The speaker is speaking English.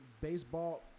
baseball